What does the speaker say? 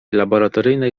laboratoryjnej